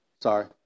Sorry